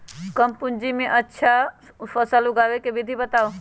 कम पूंजी में अच्छा फसल उगाबे के विधि बताउ?